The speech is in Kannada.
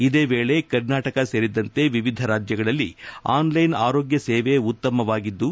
ಇದೇ ವೇಳೆ ಕರ್ನಾಟಕ ಸೇರಿದಂತೆ ವಿವಿಧ ರಾಜ್ಯಗಳಲ್ಲಿ ಆನ್ ಲೈನ್ ಆರೋಗ್ಯ ಸೇವೆ ಉತ್ತಮವಾಗಿದ್ದು